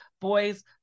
boys